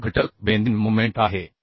हा घटक bending moment आहे